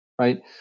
right